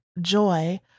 Joy